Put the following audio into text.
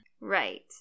Right